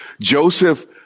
Joseph